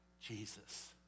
Jesus